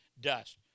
dust